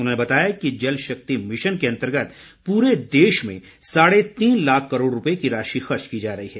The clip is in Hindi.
उन्होंने बताया कि जल शक्ति मिशन के अंतर्गत पूरे देश में साढ़े तीन लाख करोड़ रुपए की राशि खर्च की जा रही है